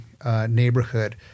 Neighborhood